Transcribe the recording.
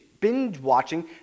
binge-watching